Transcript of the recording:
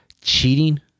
cheating